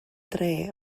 dre